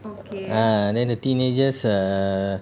ah then the teenagers err